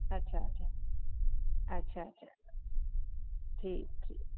अच्छा अच्छा अच्छा अच्छा ठीकु ठीकु